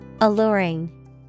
Alluring